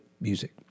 music